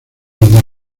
las